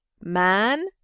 man